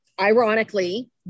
ironically